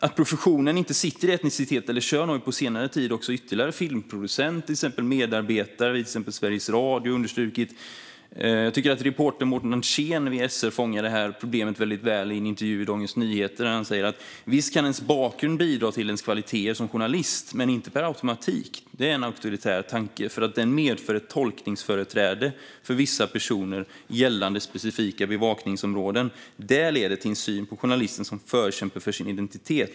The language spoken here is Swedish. Att professionen inte sitter i etnicitet eller kön har på senare tid ytterligare filmproducenter och medarbetare vid till exempel Sveriges Radio understrukit. Reportern Mårten Arndtzén vid SR fångar, menar jag, problemet i en intervju i Dagens Nyheter, där han säger så här: "Visst kan ens bakgrund bidra till ens kvaliteter som journalist, men inte per automatik. Det är en auktoritär tanke, för att den medför ett tolkningsföreträde för vissa personer, gällande specifika bevakningsområden. Det leder till en syn på journalisten som förkämpe för sin identitet.